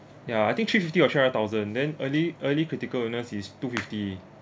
ya I think three fifty or three hundred thousand then early early critical illness is two fifty